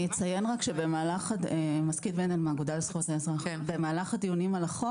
אני אציין רק שבמהלך הדיונים על החוק